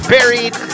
Buried